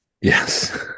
Yes